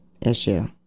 issue